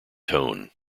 tone